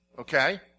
okay